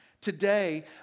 Today